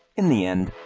in the end,